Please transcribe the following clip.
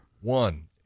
one